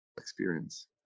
experience